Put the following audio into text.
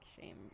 shame